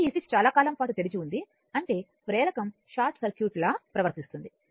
కాబట్టి ఈ స్విచ్ చాలా కాలం పాటు తెరిచి ఉంది అంటే ప్రేరకం షార్ట్ సర్క్యూట్ లా ప్రవర్తిస్తుంది